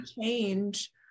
change